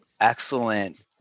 excellent